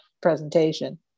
presentation